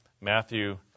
Matthew